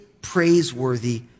praiseworthy